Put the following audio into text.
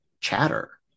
chatter